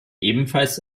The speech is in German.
ebenfalls